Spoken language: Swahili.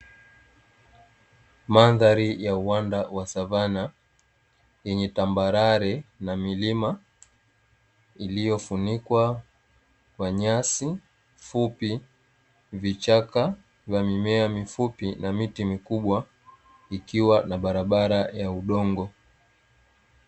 Mandhari ya uwanda wa savana yenye tambarare na milima iliyofunikwa kwa nyasi fupi, vichaka vya mimea mifupi na miti mikubwa ikiwa na barabara ya udongo.